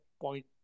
point